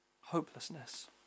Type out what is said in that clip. Hopelessness